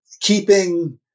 keeping